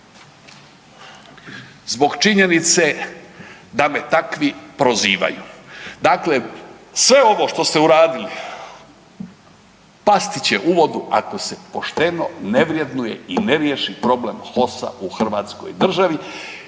zbog činjenice da me takvi prozivaju. Dakle, sve ovo što ste uradili pasti će uvodu ako se pošteno ne vrednuje i riješi problem HOS-a u hrvatskoj državi.